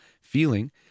feeling